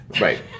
right